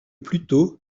plutôt